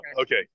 Okay